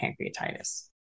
pancreatitis